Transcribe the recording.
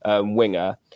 winger